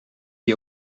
die